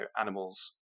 animals